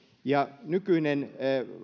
nykyinen